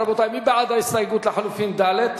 רבותי, מי בעד ההסתייגות לחלופין ד'?